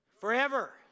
forever